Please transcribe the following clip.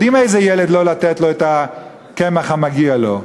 יודעים איזה ילד לא לתת לו את הקמח המגיע לו,